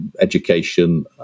education